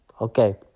okay